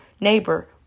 neighbor